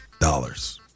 dollars